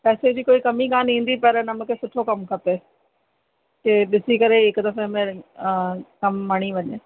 पैसे जी कोई कमी कान ईंदी पर मूंखे सुठो कमु खपे के ॾिसी करे हिकु दफ़े में कमु वणी वञे